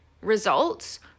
results